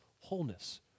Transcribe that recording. wholeness